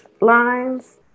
lines